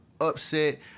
upset